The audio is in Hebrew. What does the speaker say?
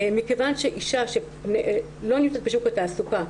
אישה שלא נמצאת בשוק התעסוקה,